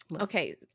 Okay